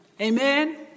Amen